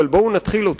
אבל בואו נתחיל אותה.